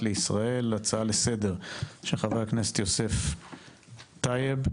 לישראל הצעה לסדר של חה"כ יוסף טייב.